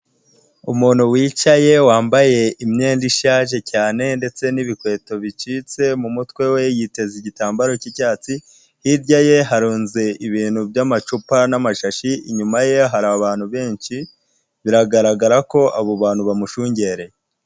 Umuntu wicaye wambaye imyenda ishaje cyane ndetse n'ibikweto bicitse mu mutwe we yiteze igitambaro cy'icyatsi, hirya ye harunze ibintu by'amacupa n'amashashi, inyuma ye hari abantu benshi, biragaragara ko abo bantu bamushungereye.